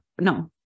no